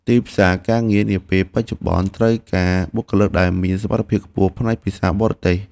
ទីផ្សារការងារនាពេលបច្ចុប្បន្នត្រូវការបុគ្គលិកដែលមានសមត្ថភាពខ្ពស់ផ្នែកភាសាបរទេស។